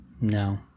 No